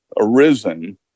arisen